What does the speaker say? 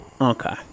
Okay